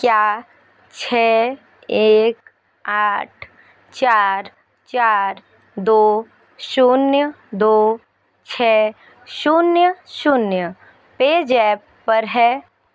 क्या छः एक आठ चार चार दो शून्य दो छः शून्य शून्य पेजैप पर है